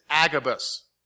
Agabus